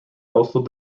also